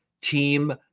team